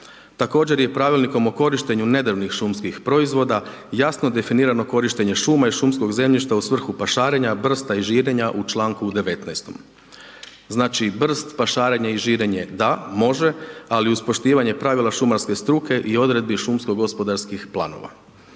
Također je Pravilnikom o korištenju nedrvnih šumskih proizvoda jasno definirano korištenje šuma i šumskog zemljišta u svrhu pašarenja, brsta i žirenja u čl. 19. Znači, brst, pašarenje i žirenje da, može, ali iz poštivanje pravila šumarske struke i odredbi šumsko gospodarskih planova.